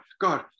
God